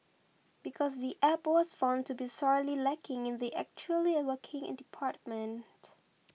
because the App was found to be sorely lacking in the 'actually working' in department